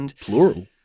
Plural